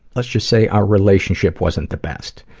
let's just say our relationship wasn't the best.